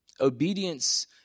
Obedience